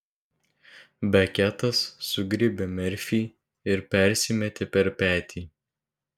beketas sugriebė merfį ir persimetė per petį